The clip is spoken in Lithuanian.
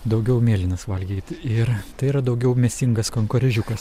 daugiau mėlynas valgyti ir tai yra daugiau mėsingas kankorėžiukas